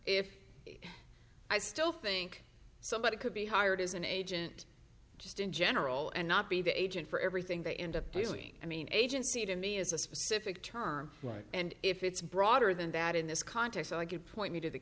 if i still think somebody could be hired as an agent just in general and not be the agent for everything they end up doing i mean agency to me is a specific term right and if it's broader than that in this context i could point me to the